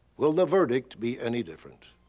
will that verdict be any different?